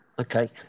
Okay